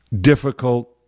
difficult